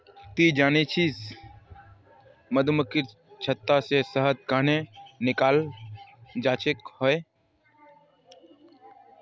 ती जानछि मधुमक्खीर छत्ता से शहद कंन्हे निकालाल जाच्छे हैय